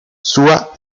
sua